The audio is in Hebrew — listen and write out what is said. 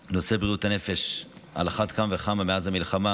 נושא בריאות הנפש, על אחת כמה וכמה מאז המלחמה